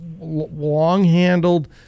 long-handled